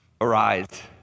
arise